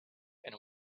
and